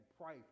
pray